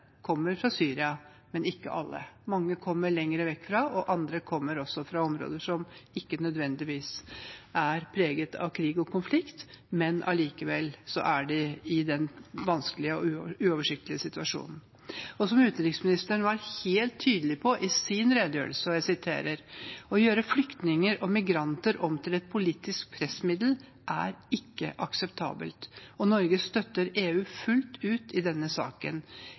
kommer fra Syria, men ikke alle. Mange kommer lenger vekk ifra, andre kommer fra områder som ikke nødvendigvis er preget av krig og konflikt, men de er likevel i en vanskelig og uoversiktlig situasjon. Som utenriksministeren var helt tydelig på i sin redegjørelse: «Å gjøre flyktninger og migranter om til et politisk pressmiddel er ikke akseptabelt. Norge støtter EU fullt ut i denne saken.